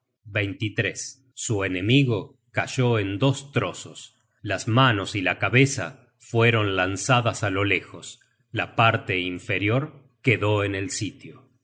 rey su enemigo cayó en dos trozos las manos y la cabeza fueron lanzadas á lo lejos la parte inferior quedó en el sitio